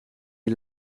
die